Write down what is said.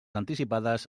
anticipades